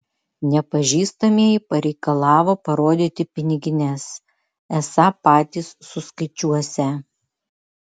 nepažįstamieji pareikalavo parodyti pinigines esą patys suskaičiuosią